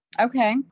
Okay